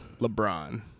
LeBron